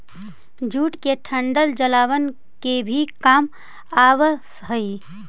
jute के डंठल जलावन के काम भी आवऽ हइ